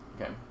Okay